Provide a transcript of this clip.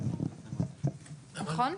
נכון?